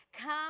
Come